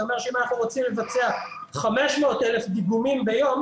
זה אומר שאם אנחנו רוצים לבצע 500,000 דיגומים ביום,